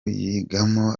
yigamo